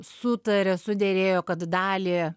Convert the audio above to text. sutarė suderėjo kad dalį